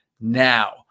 Now